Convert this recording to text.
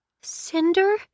Cinder